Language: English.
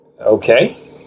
okay